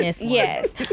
Yes